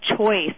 choice